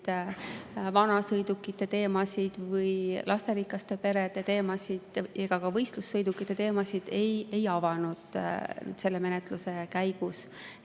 vanasõidukite teemat, lasterikaste perede teemat ega ka võistlussõidukite teemat ei avanud selle menetluse käigus.